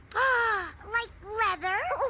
ah! like leather.